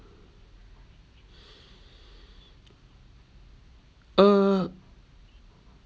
uh